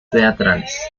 teatrales